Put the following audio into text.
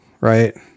right